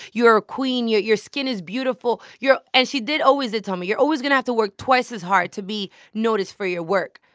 you're a queen. your your skin is beautiful. you're and she did always did tell me, you're always going to have to work twice as hard to be noticed for your work.